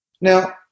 Now